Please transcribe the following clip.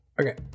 Okay